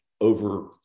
over